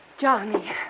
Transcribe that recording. Johnny